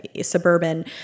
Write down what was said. suburban